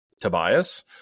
Tobias